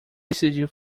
decidiu